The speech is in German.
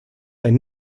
ein